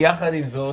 יחד עם זאת,